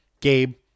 Gabe